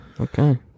Okay